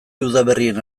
udaberrien